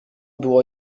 było